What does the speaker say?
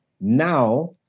now